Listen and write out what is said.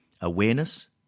Awareness